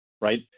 right